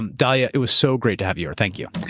um dahlia, it was so great to have you. thank you.